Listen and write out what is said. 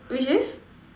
which is